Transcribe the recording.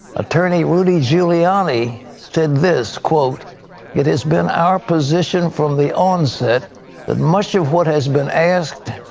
attorney rudy giuliani, said this, quote it has been our position from the onset that much of what has been asked,